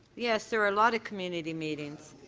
yeah so are a lot of community meetings.